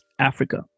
Africa